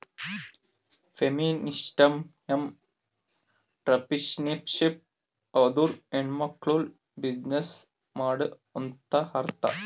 feminist entrepreneurship ಅಂದುರ್ ಹೆಣ್ಮಕುಳ್ನೂ business ಮಾಡ್ಲಿ ಅಂತ್ ಅರ್ಥಾ